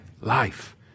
life